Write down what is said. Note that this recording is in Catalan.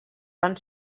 van